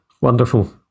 Wonderful